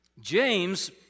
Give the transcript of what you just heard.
James